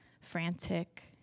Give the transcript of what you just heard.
frantic